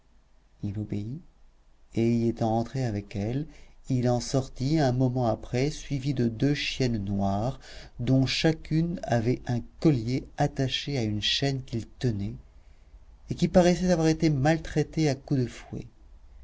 il obéit et y étant entré avec elle il en sortit un moment après suivi de deux chiennes noires dont chacune avait un collier attaché à une chaîne qu'il tenait et qui paraissaient avoir été maltraitées à coups de fouet